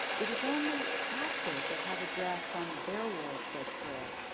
it is only after they have a grasp on their world says freire,